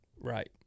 Right